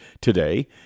today